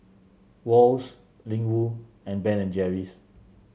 Wall's Ling Wu and Ben and Jerry's